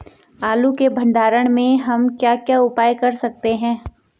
आलू के भंडारण में हम क्या क्या उपाय कर सकते हैं?